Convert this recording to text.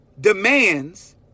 demands